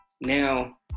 Now